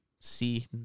see